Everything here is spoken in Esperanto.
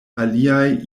aliaj